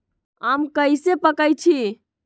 आम कईसे पकईछी?